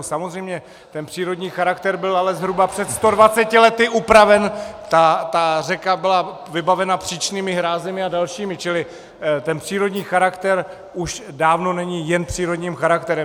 Samozřejmě, ten přírodní charakter byl ale zhruba před 120 lety upraven, řeka byla vybavena příčnými hrázemi a dalšími, čili ten přírodní charakter už dávno není jen přírodním charakterem.